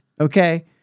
Okay